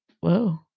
Whoa